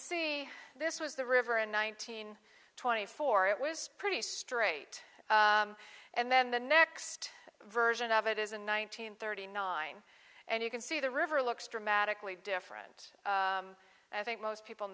see this was the river in nineteen twenty four it was pretty straight and then the next version of it is in one nine hundred thirty nine and you can see the river looks dramatically different i think most people